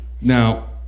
Now